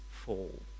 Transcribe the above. fall